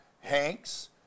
Hanks